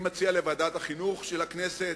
ואני מציע שיועבר לוועדת החינוך של הכנסת.